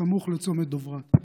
סמוך לצומת דברת.